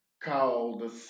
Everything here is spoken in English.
called